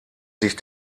sich